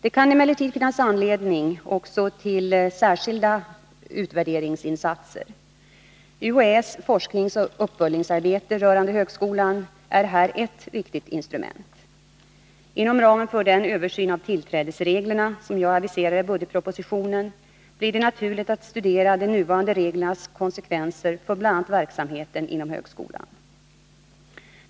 Det kan emellertid finnas anledning också till särskilda utvärderingsinsatser. UHÄ:s forskning och uppföljningsarbete rörande högskolan är här ett viktigt instrument. Inom ramen för den översyn av tillträdesreglerna som jag aviserat i budgetpropositionen blir det naturligt att studera de nuvarande reglernas konsekvenser för bl.a. verksamheten inom högskolan.